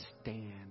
Stand